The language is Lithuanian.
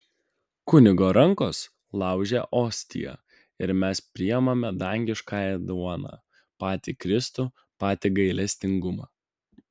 kunigo rankos laužia ostiją ir mes priimame dangiškąją duoną patį kristų patį gailestingumą